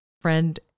friend